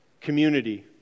community